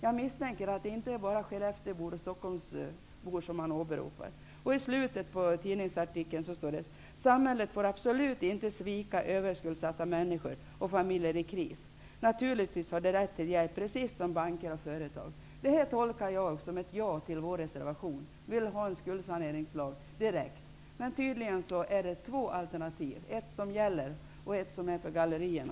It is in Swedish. Jag misstänker att han inte bara åberopar Skellefteåbor och Stockholmsbor. I slutet av tidningsartikeln sades att samhället absolut inte får svika överskuldsatta människor och familjer i kris. Naturligtvis har de rätt till hjälp precis som banker och företag. Det här tolkar jag som ett ja till vår reservation. Vi vill ha en skuldsaneringslag direkt. Men det finns tydligen två alternativ - ett som gäller, och ett som är för gallerierna.